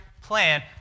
plan